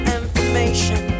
information